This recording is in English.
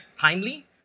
timely